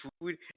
food